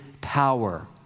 power